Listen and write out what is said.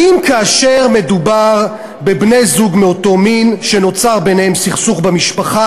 האם כאשר מדובר בבני-זוג מאותו המין שנוצר ביניהם סכסוך במשפחה